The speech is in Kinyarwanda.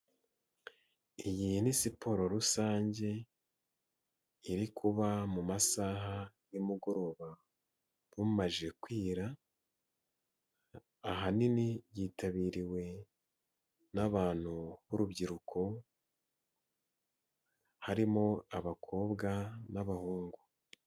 Iyi ni siporo rusange, iri kuba mu masaha y'umugoroba, bumajije kwira, ahanini yitabiriwe n'abantu b'urubyiruko, harimo abakobwa n'abahungu.